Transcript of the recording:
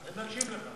אני מקשיב לך.